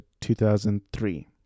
2003